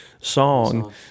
song